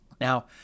now